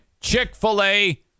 Chick-fil-A